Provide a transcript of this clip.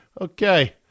okay